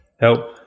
help